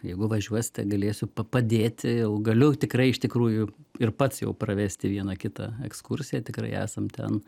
jeigu važiuosite galėsiu p padėti jau galiu tikrai iš tikrųjų ir pats jau pravesti vieną kitą ekskursiją tikrai esam ten